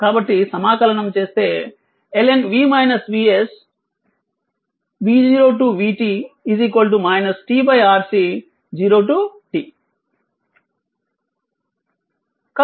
కాబట్టి సమాకలనం చేస్తే ln v0v t RC t 0